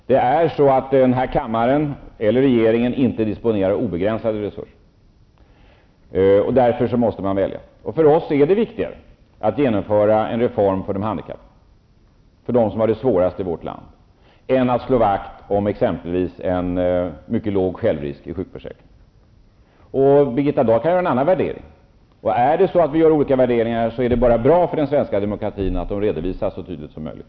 Den här kammaren eller regeringen disponerar inte över obegränsade resurser. Därför måste man välja. För oss är det viktigare att genomföra en reform för de handikappade, för dem som har det svårast i vårt land, än att slå vakt om exempelvis en mycket låg självrisk i sjukförsäkringen. Birgitta Dahl kan göra en annan värdering, och om det är så att vi gör olika värderingar är det bara bra för den svenska demokratin att de redovisas så tydligt som möjligt.